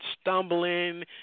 stumbling